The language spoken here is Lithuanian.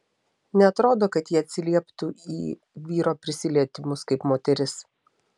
neatrodo kad ji atsilieptų į vyro prisilietimus kaip moteris